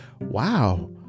wow